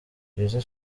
byiza